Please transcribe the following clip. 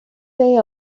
day